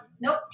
nope